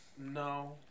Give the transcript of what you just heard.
No